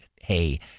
hey